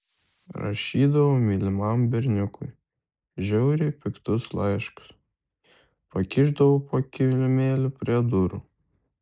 rašydavau mylimam berniukui žiauriai piktus laiškus pakišdavau po kilimėliu prie durų